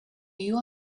you